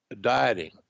Dieting